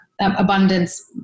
abundance